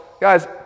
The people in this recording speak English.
guys